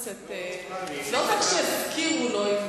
הוא לא שצריך שיזכירו לו.